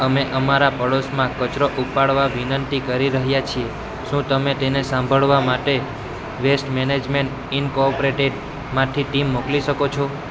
અમે અમારા પાડોશમાં કચરો ઉપાળવા વિનંતી કરી રહ્યા છીએ શું તમે તેને સંભાળવા માટે વેસ્ટ મેનેજમેન્ટ ઈનકોર્પોરેટેડમાંથી ટીમ મોકલી શકો છો